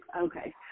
Okay